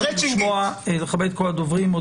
מיוחד לכהונת ראש הממשלה.